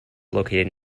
located